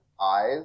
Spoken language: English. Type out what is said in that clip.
eyes